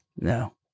No